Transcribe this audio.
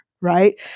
right